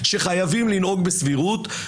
שחייבים לנהוג בסבירות,